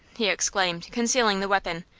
he exclaimed, concealing the weapon.